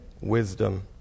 wisdom